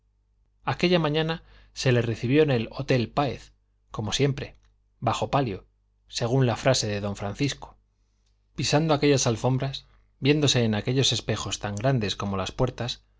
aquella mañana se le recibió en el hotel páez como siempre bajo palio según la frase de don francisco pisando aquellas alfombras viéndose en aquellos espejos tan grandes como las puertas